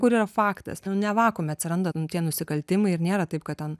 kur yra faktas ne vakuume atsiranda tie nusikaltimai ir nėra taip kad ten